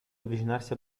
avvicinarsi